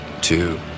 two